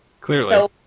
clearly